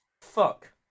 fuck